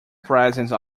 presence